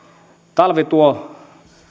talvi tuo